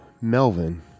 Melvin